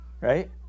right